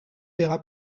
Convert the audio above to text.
paiera